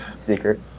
Secret